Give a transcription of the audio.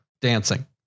dancing